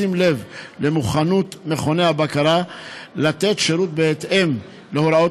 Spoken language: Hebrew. בשים לב למוכנות מכוני הבקרה לתת שירות בהתאם להוראות